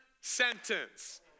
sentence